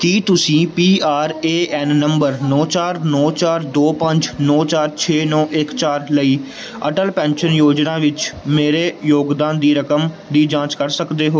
ਕੀ ਤੁਸੀਂ P R A N number ਨੌਂ ਚਾਰ ਨੌਂ ਚਾਰ ਦੋ ਪੰਜ ਨੌਂ ਚਾਰ ਛੇ ਨੌਂ ਇੱਕ ਚਾਰ ਲਈ ਅਟਲ ਪੈਨਸ਼ਨ ਯੋਜਨਾ ਵਿੱਚ ਮੇਰੇ ਯੋਗਦਾਨ ਦੀ ਰਕਮ ਦੀ ਜਾਂਚ ਕਰ ਸਕਦੇ ਹੋ